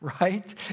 right